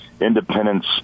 Independence